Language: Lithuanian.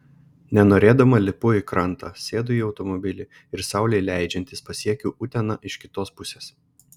nenorėdama lipu į krantą sėdu į automobilį ir saulei leidžiantis pasiekiu uteną iš kitos pusės